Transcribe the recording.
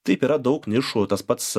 taip yra daug nišų tas pats